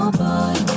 boy